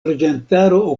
loĝantaro